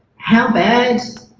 how bad,